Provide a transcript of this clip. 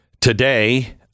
Today